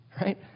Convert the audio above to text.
Right